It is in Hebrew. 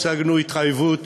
השגנו התחייבות